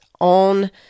on